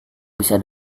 bisa